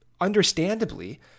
understandably